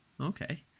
okay